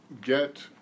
get